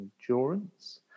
endurance